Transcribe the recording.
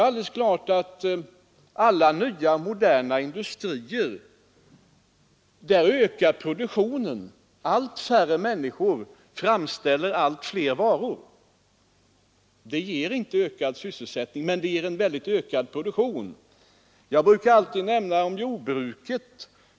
Vid alla nya, moderna industrier ökar som bekant produktionen, men allt färre människor framställer den allt större varumängden. Det ger alltså inte någon ökad sysselsättning men väl en starkt ökad produktion. Jag brukar i sådana här sammanhang ta jordbruket som exempel.